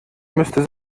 müsste